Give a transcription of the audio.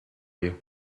you